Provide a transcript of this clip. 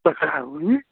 पकड़ा हूँ ना